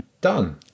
done